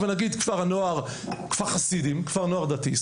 אבל נגיד כפר הנוער כפר חסידים כפר נוער דתי,